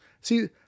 See